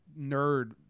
nerd